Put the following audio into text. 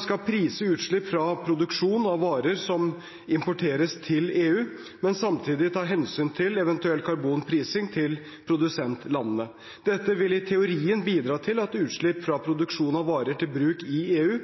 skal prise utslipp fra produksjon av varer som importeres til EU, men samtidig ta hensyn til eventuell karbonprising i produsentlandene. Dette vil i teorien bidra til at utslipp fra produksjon av varer til bruk i EU